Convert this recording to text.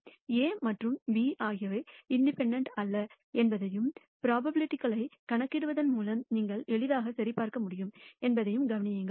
A மற்றும் B ஆகியவை இண்டிபெண்டெண்ட்னவை அல்ல என்பதையும் ப்ரோபபிலிட்டிகளையும் கணக்கிடுவதன் மூலம் நீங்கள் எளிதாக சரிபார்க்க முடியும் என்பதையும் கவனியுங்கள்